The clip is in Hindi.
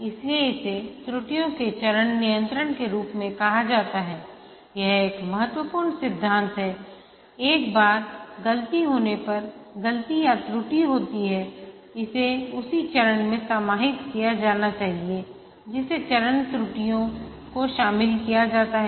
इसलिए इसे त्रुटियों के चरण नियंत्रण के रूप में कहा जाता है यह एक महत्वपूर्ण सिद्धांत है एक बार गलती होने पर गलती या त्रुटि होती है इसे उसी चरण में समाहित किया जाना चाहिए जिसे चरण त्रुटियों को शामिल किया जाता है